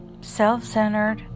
self-centered